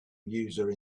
user